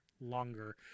longer